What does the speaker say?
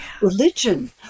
religion